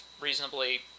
reasonably